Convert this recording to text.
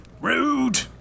rude